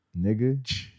Nigga